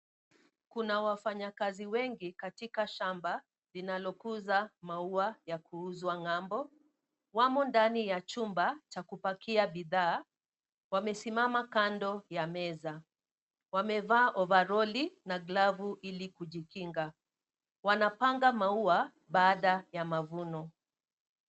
Kuna wafanyakazi wengi katika shamba linalokuza maua ya kuuzwa ng'ambo. Wamo ndani ya chumba cha kupakia bidhaa. Wamesimama kando ya meza. Wamevaa ovaroli na glavu ili kujikinga. Wanapanga maua baada ya mavuno.